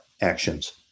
actions